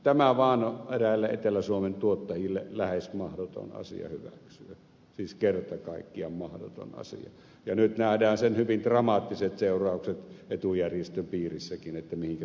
tämä vaan on eräille etelä suomen tuottajille lähes mahdoton asia hyväksyä siis kerta kaikkiaan mahdoton asia ja nyt nähdään sen hyvin dramaattiset seuraukset etujärjestöpiirissäkin mihinkä se sitten voi johtaa